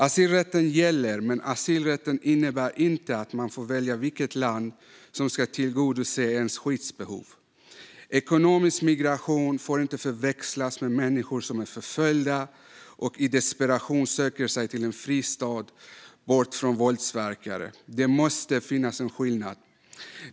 Asylrätten gäller, men asylrätten innebär inte att man får välja vilket land som ska tillgodose ens skyddsbehov. Ekonomisk migration får inte förväxlas med människor som är förföljda och som i desperation söker sig till en fristad och bort från våldsverkare. Det måste finnas en skillnad.